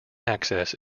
access